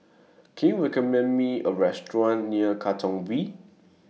Can YOU recommend Me A Restaurant near Katong V